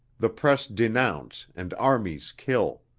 the press denounce and armies kill.